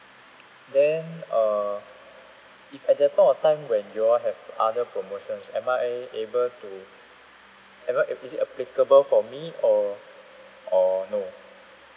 then uh if at that point of time when you all have other promotions am I able to am I is it applicable for me or or no